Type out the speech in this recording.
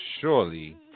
surely